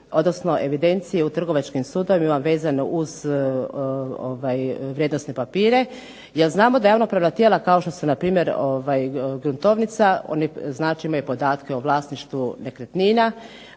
odnosno evidencije u trgovačkim sudovima vezano uz vrijednosne papire, jer znamo da javnopravna tijela kao što su npr. gruntovnica, oni znači imaju podatke o vlasništvu nekretnina,